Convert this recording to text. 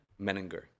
menninger